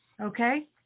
Okay